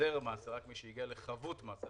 ההחזר מס זה רק מי שהגיע לחבות מס,